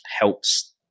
helps